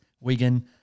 Wigan